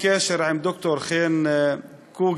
בקשר עם ד"ר חן קוגל,